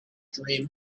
dream